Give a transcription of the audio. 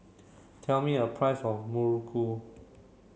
tell me a price of Muruku